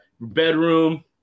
bedroom